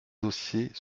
dossiers